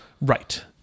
Right